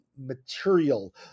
material